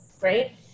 right